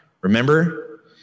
Remember